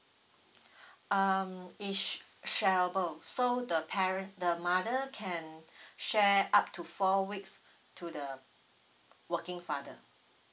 um it's shareable so the parent the mother can share up to four weeks to the working father